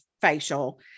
facial